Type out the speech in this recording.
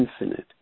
infinite